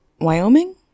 Wyoming